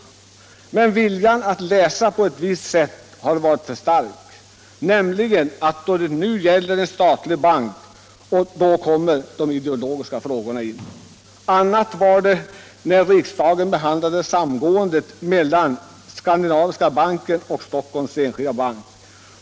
Men viljan att läsa på ett visst sätt har varit för stark. Nu gäller det nämligen en statlig bank, och då kommer ideologiska frågor in. Annat var det när riksdagen behandlade samgåendet mellan Skandinaviska Banken och Stockholms Enskilda Bank.